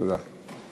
תודה.